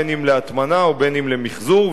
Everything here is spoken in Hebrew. בין אם להטמנה בין אם למיחזור.